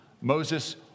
Moses